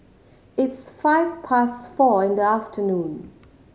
its five past four in the afternoon